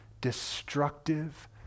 destructive